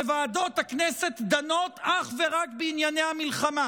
שוועדות הכנסת דנות אך ורק בענייני המלחמה.